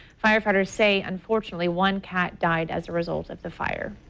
firefighters say unfortunately one cat died as a result of the fire.